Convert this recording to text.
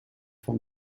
van